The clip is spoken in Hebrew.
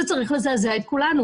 זה צריך לזעזע את כולנו.